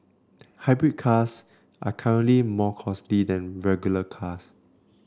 hybrid cars are currently more costly than regular cars